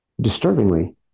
disturbingly